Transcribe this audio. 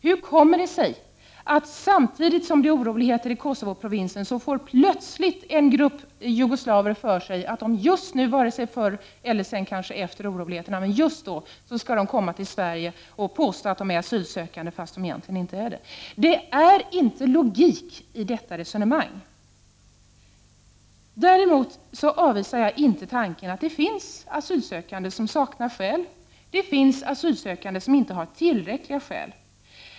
Hur kommer det sig att en grupp jugoslaver, samtidigt som det är oroligheter i Kosovoprovinsen, får för sig att de skall komma till Sverige och påstå att de är asylsökande, fastän de egentligen inte är det? Det är inte logik i detta resonemang. Däremot avvisar jag inte tanken att det finns asylsökande som saknar skäl. Det finns asylsökande som inte har tillräckliga skäl.